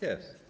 Jest.